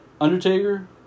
Undertaker